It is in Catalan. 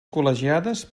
col·legiades